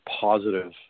positive